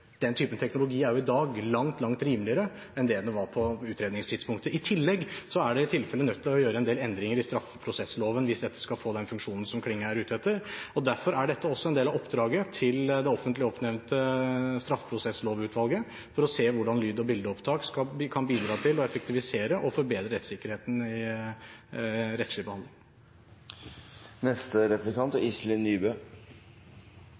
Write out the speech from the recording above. Den type teknologi er jo i dag langt rimeligere enn det den var på utredningstidspunktet. I tillegg er de nødt til å gjøre en del endringer i straffeprosessloven hvis dette skal få den funksjonen som Klinge er ute etter. Derfor er dette også en del av oppdraget til det offentlig oppnevnte straffeprosesslovutvalget, som skal se på hvordan lyd- og bildeopptak kan bidra til å effektivisere og forbedre rettssikkerheten i